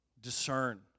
Discern